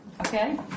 okay